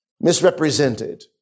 misrepresented